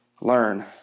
learn